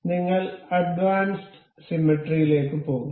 അതിനാൽ നിങ്ങൾ അഡ്വാൻസ്ഡ് സിമെട്രിയിലേക്ക് പോകും